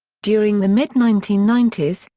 during the mid nineteen ninety s,